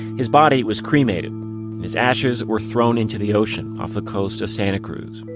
his body was cremated. and his ashes were thrown into the ocean off the coast of santa cruz